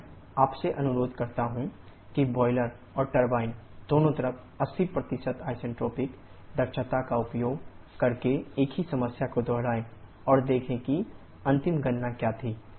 मैं आपसे अनुरोध करता हूं कि बायलर और टरबाइन दोनों तरफ 80 आइसेंट्रोपिक दक्षता का उपयोग करके एक ही समस्या को दोहराएं और देखें कि अंतिम गणना क्या थी